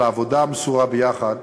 על העבודה המסורה ביחד.